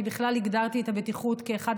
אני בכלל הגדרתי את הבטיחות כאחד